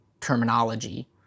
terminology